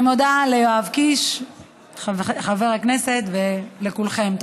אני מודה לחבר הכנסת יואב קיש ולכולכם.